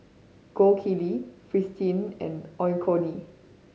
Gold Kili Fristine and Onkyo